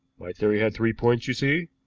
my theory had three points, you see.